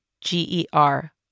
G-E-R